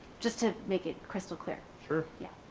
just to make it crystal clear. sure. yeah.